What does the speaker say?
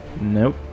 Nope